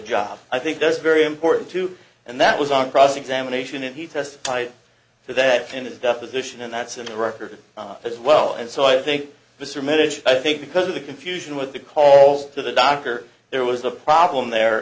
job i think that's very important too and that was on cross examination and he testified to that in a deposition and that's in the record as well and so i think this are minute i think because of the confusion with the calls to the doctor there was a problem there